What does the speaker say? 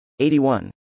81